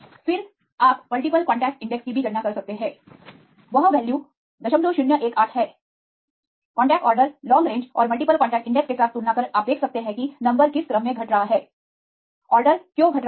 फिर आप multiple contact index की भी गणना कर सकते हैं वह वैल्यू 0018 है कॉन्टेक्ट ऑर्डर लॉन्ग रेंज और मल्टीपल कॉन्टैक्ट इंडेक्स के साथ तुलना कर आप देख सकते हैं कि नंबर किस क्रम में घट रहा है ऑर्डर क्यों घट रहा है